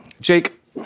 Jake